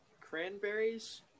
cranberries